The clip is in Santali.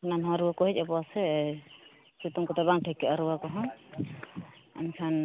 ᱦᱟᱱᱟᱼᱱᱟᱣᱟ ᱨᱩᱣᱟᱹ ᱠᱚ ᱦᱮᱡᱽ ᱟᱠᱚᱣᱟ ᱥᱮ ᱥᱤᱛᱩᱝ ᱠᱚᱛᱮ ᱵᱟᱝ ᱴᱷᱤᱠᱟᱹᱜᱼᱟ ᱨᱩᱣᱟᱹ ᱠᱚᱦᱚᱸ ᱮᱱᱠᱷᱟᱱ